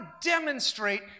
demonstrate